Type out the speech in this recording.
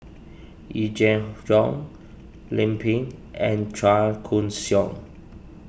Yee Jenn Jong Lim Pin and Chua Koon Siong